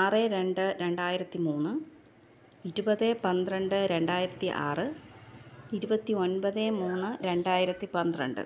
ആറ് രണ്ട് രണ്ടായിരത്തി മൂന്ന് ഇരുപത് പന്ത്രണ്ട് രണ്ടായിരത്തി ആറ് ഇരുപത്തി ഒന്പത് മൂന്ന് രണ്ടായിരത്തി പന്ത്രണ്ട്